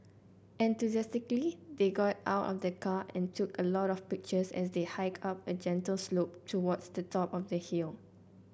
enthusiastically they got out of the car and took a lot of pictures as they hiked up a gentle slope towards the top of the hill